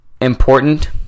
important